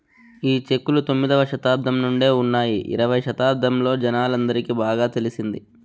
ఈ చెక్కులు తొమ్మిదవ శతాబ్దం నుండే ఉన్నాయి ఇరవై శతాబ్దంలో జనాలందరికి బాగా తెలిసింది